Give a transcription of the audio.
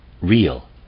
real